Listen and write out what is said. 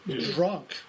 drunk